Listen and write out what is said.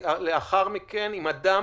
ולאחר מכן בא במגע עם אדם